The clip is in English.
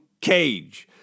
cage